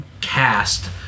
cast